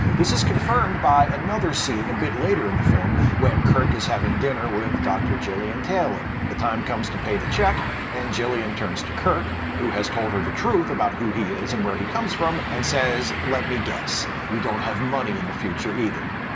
this is confirmed by another scene a bit later in the film, when kirk is having dinner with dr. gillian taylor. the time comes to pay the check and gillian turns to kirk, who has told her the truth about who he is and where he comes from, and says let me guess, you don't have money in the future, either?